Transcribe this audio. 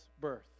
birth